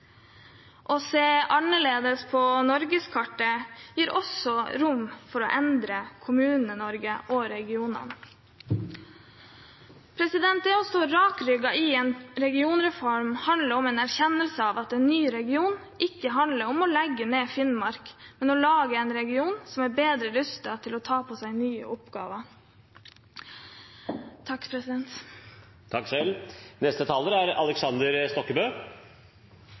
Å se annerledes på norgeskartet gir også rom for å endre Kommune-Norge og regionene. Det å stå rakrygget i en regionreform handler om en erkjennelse av at en ny region ikke handler om å legge ned Finnmark, men om å lage en region som er bedre rustet til å ta på seg nye oppgaver.